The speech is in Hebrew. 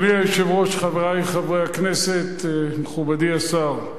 אדוני היושב-ראש, חברי חברי הכנסת, מכובדי השר,